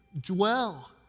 dwell